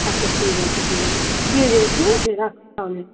আচ্ছা ঠিক আছে ঠিক আছে দিয়ে যেও ঠিক আছে রাখছি তাহলে